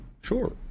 sure